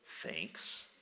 thanks